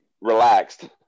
relaxed